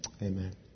Amen